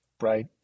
right